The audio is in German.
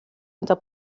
unter